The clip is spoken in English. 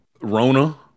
Rona